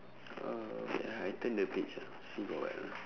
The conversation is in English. uh wait ah I turn the page ah still got what ah